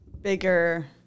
bigger